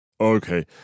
Okay